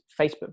Facebook